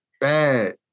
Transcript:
bad